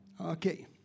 Okay